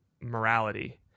morality